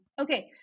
Okay